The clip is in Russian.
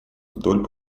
вдоль